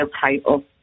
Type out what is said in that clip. title